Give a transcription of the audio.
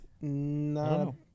No